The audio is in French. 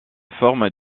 forme